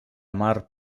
mar